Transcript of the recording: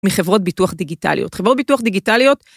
מחברות ביטוח דיגיטליות, חברות ביטוח דיגיטליות.